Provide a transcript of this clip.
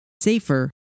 safer